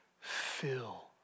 fill